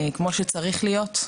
כמו שצריך להיות.